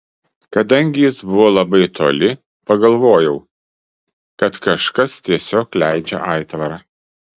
kadangi jis buvo labai toli pagalvojau kad kažkas tiesiog leidžia aitvarą